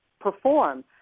perform